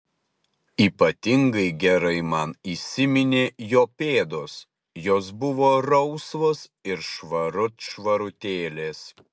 ypatingai gerai man įsiminė jo pėdos jos buvo rausvos ir švarut švarutėlės